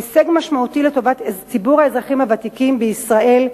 הישג משמעותי לטובת ציבור האזרחים הוותיקים בישראל,